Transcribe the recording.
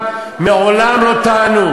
תמשיך בבקשה, חבר הכנסת נסים זאב.